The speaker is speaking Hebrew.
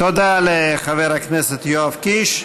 תודה לחבר הכנסת יואב קיש.